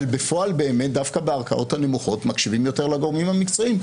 אבל בפועל באמת דווקא בערכאות הנמוכות מקשיבים יותר לגורמים המקצועיים.